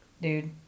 Dude